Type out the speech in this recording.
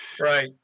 right